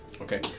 Okay